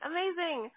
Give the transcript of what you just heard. Amazing